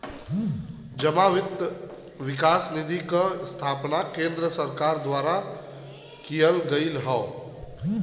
जमा वित्त विकास निधि योजना क स्थापना केन्द्र सरकार द्वारा किहल गयल हौ